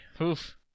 Oof